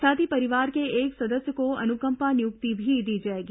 साथ ही परिवार के एक सदस्य को अनुकंपा नियुक्ति भी दी जाएगी